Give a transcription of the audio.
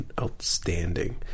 outstanding